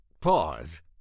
pause